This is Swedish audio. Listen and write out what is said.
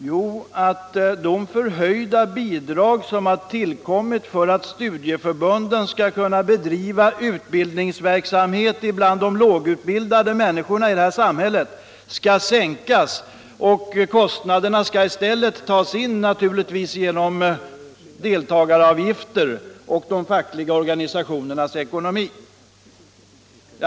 Jo, att de höjda bidrag som har tillkommit för att studieförbunden skall kunna bedriva utbildningsverk samhet bland de lågutbildade människorna i samhället skall sänkas och, naturligtvis, att kostnaderna i stället skall tas in genom deltagaravgifter och över de fackliga organisationernas ekonomi.